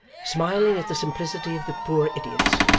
smiling at the simplicity of the poor idiot,